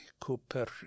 Cooper